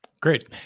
Great